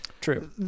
True